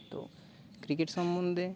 তো ক্রিকেট সম্বন্ধে